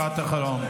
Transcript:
הוא לא פנה אליך,